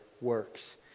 works